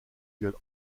gueule